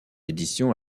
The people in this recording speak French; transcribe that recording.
édition